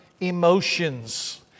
emotions